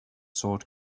sword